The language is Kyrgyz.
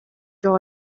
жол